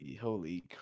Holy